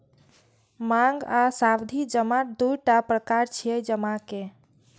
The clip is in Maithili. मांग आ सावधि जमा दूटा प्रकार छियै जमा के